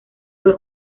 fue